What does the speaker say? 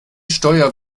steuer